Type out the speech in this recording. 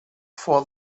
for